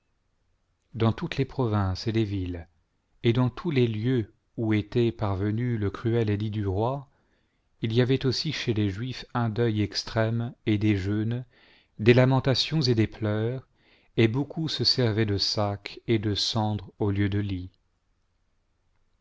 dans toutes les provinces et les villes et dans tous les lieux où était parvenu le cruel édit du roi il y avait aussi chez les juifs un deuil extrême et des jeûnes des lamentations et des pleurs et beaucoup se servaient de sac et de cendre au lieu de lit